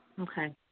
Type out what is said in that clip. Okay